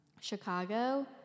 Chicago